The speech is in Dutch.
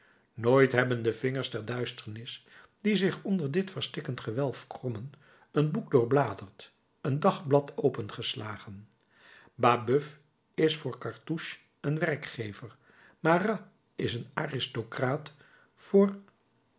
nooit hebben de vingers der duisternis die zich onder dit verstikkend gewelf krommen een boek doorbladerd een dagblad opengeslagen babeuf is voor cartouche een werkgever marat is een aristocraat voor